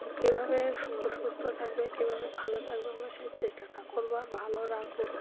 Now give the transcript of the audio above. কীভাবে সু সুস্থ থাকবে কীভাবে ভালো থাকবে আমরা সেই চেষ্টাটা করব আর ভালো রাখব